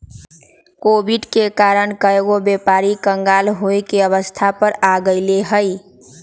Covid के कारण कएगो व्यापारी क़ँगाल होये के अवस्था पर आ गेल हइ